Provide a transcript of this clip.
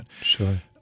sure